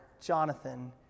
Jonathan